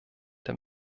der